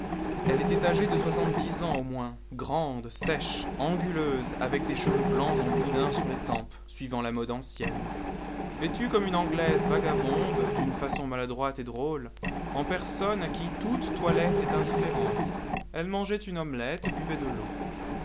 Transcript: elle était âgée de soixante-dix ans au moins grande sèche anguleuse avec des cheveux blancs en boudins sur les tempes suivant la mode ancienne vêtue comme une anglaise vagabonde d'une façon maladroite et drôle en personne à qui toute toilette est indifférente elle mangeait une omelette et buvait de l'eau